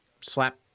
slap